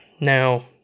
Now